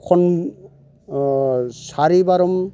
खन सारि बारं